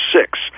Six